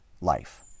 life